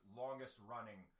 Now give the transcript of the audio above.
longest-running